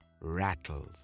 rattles